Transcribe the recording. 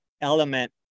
element